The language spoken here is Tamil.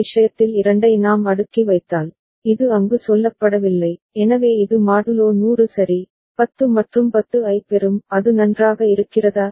இந்த விஷயத்தில் இரண்டை நாம் அடுக்கி வைத்தால் இது அங்கு சொல்லப்படவில்லை எனவே இது மாடுலோ 100 சரி 10 மற்றும் 10 ஐப் பெறும் அது நன்றாக இருக்கிறதா